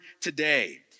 today